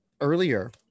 earlier